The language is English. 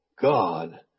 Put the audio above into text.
God